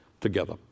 together